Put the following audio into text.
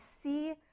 see